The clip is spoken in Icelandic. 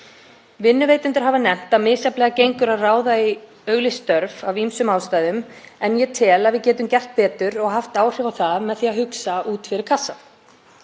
Vinnuveitendur hafa nefnt að misjafnlega gengur að ráða í auglýst störf af ýmsum ástæðum en ég tel að við getum gert betur og haft áhrif á það með því að hugsa út fyrir kassann.